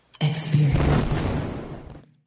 experience